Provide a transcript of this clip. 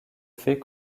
fait